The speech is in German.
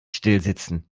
stillsitzen